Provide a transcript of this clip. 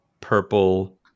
purple